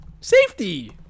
Safety